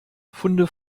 funde